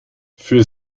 für